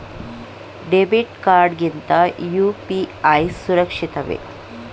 Debit card ಗಿಂತ UPI ಸುರಕ್ಷಿತವೇ?